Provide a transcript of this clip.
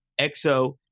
EXO